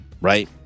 Right